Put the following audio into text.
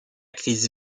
crise